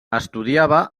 estudiava